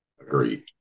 agreed